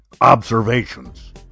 observations